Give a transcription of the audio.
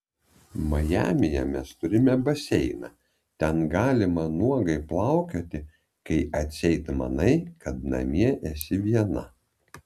majamyje mes turime baseiną ten galima nuogai plaukioti kai atseit manai kad namie esi viena